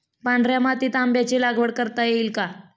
पांढऱ्या मातीत आंब्याची लागवड करता येईल का?